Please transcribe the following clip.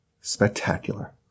spectacular